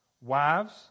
Wives